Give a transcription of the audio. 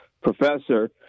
professor